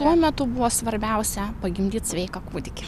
tuo metu buvo svarbiausia pagimdyt sveiką kūdikį